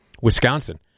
Wisconsin